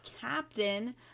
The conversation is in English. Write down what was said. captain